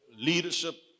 Leadership